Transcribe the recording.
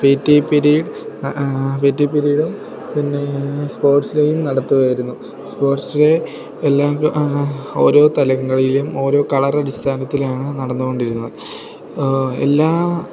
P T period P T പിരീഡും പിന്നേ sports ഡേയും നടത്തുവായിരുന്നു സ്പോർട്സ് ഡേ എല്ലാ എന്നാ ഓരോ തലങ്ങളിലും ഓരോ കളർ അടിസ്ഥാനത്തിലാണ് നടന്നുകൊണ്ടിരുന്നത് എല്ലാ